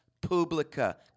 publica